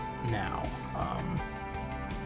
Now